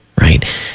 Right